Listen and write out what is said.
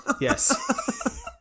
yes